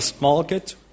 market